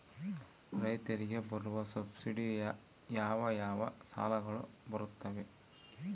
ರೈತರಿಗೆ ಇರುವ ಸಬ್ಸಿಡಿ ಯಾವ ಯಾವ ಸಾಲಗಳು ಬರುತ್ತವೆ?